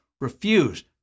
refuse